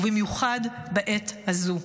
במיוחד בעת הזו.